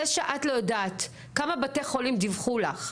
זה שאת לא יודעת כמה בתי חולים דיווחו לך,